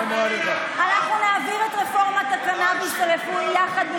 אנחנו נעביר את רפורמת הקנביס הרפואי יחד,